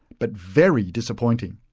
but very disappointing.